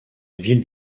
ville